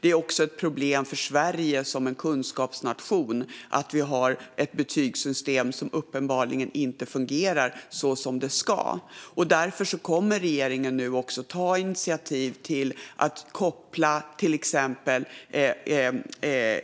Det är också ett problem för Sverige som en kunskapsnation att vi har ett betygssystem som uppenbarligen inte fungerar som det ska. Därför kommer regeringen att ta initiativ till att koppla till exempel